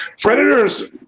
predators